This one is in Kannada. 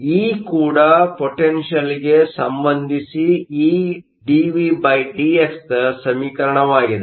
ಇ ಕೂಡ ಪೊಟೆನ್ಷಿಯಲ್ಗೆ ಸಂಬಂಧಿಸಿ Edvdx ದ ಸಮೀಕರಣವಾಗಿದೆ